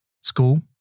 school